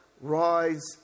rise